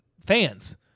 fans